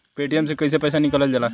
Paytm से कैसे पैसा निकलल जाला?